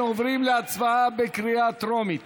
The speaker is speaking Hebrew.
אנחנו עוברים להצבעה בקריאה טרומית